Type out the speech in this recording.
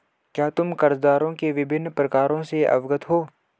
क्या तुम कर्जदारों के विभिन्न प्रकारों से अवगत हो?